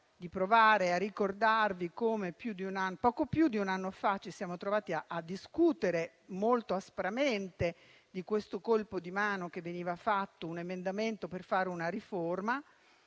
di provare a ricordarvi come poco più di un anno fa ci siamo trovati a discutere molto aspramente del colpo di mano che veniva fatto - un emendamento per fare una riforma